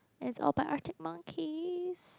that's all by write it monkeys